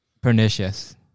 pernicious